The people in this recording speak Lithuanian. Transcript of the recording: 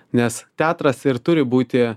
nes teatras ir turi būti